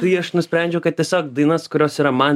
tai aš nusprendžiau kad tiesiog dainas kurios yra man